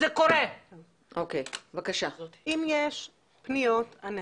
אם יש פניות אנחנו